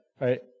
right